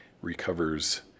recovers